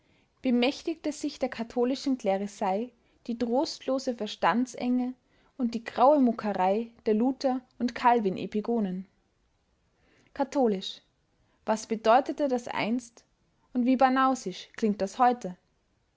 bemächtigte sich der katholischen klerisei die trostlose verstandesenge und die graue muckerei der luther und calvin-epigonen katholisch was bedeutete das einst und wie banausisch klingt das heute